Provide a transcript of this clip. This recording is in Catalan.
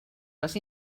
les